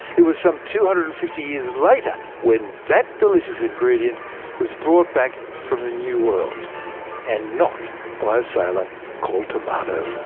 it was some two hundred and fifty years later when that delicious ingredient was brought back from the new world and not by a sailor called tomato